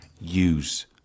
use